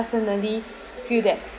personally feel that